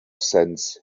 sense